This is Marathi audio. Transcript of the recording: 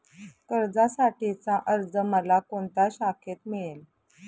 कर्जासाठीचा अर्ज मला कोणत्या शाखेत मिळेल?